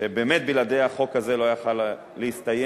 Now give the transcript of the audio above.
שבאמת בלעדיה החוק הזה לא יכול היה להסתיים.